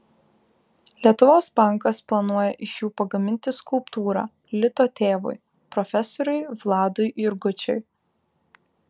lietuvos bankas planuoja iš jų pagaminti skulptūrą lito tėvui profesoriui vladui jurgučiui